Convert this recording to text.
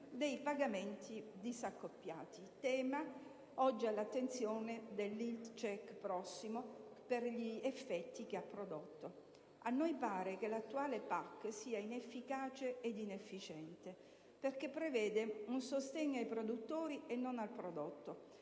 dei pagamenti disaccoppiati, tema oggi all'attenzione dell'*health check* prossimo per gli effetti che ha prodotto. A noi pare che l'attuale PAC sia inefficace ed inefficiente, perché prevede un sostegno ai produttori e non al prodotto,